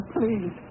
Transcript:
please